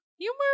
Humor